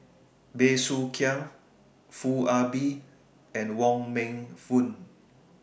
Bey Soo Khiang Foo Ah Bee and Wong Meng Voon